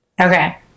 Okay